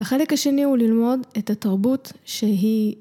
החלק השני הוא ללמוד את התרבות שהיא